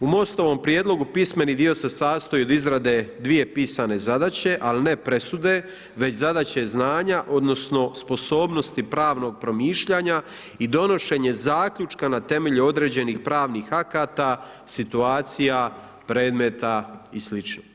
U MOST-ovom prijedlogu pismeni dio se sastoji od izrade dvije pisane zadaće ali ne presude već zadaće znanja odnosno sposobnosti pravnog promišljanja i donošenje zaključka na temelju određenih pravnih akata, situacija, predmeta i sl.